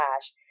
cash